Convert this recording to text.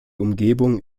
umgebung